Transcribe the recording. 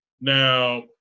Now